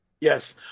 Yes